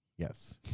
Yes